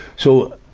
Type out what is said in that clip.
so,